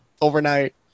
overnight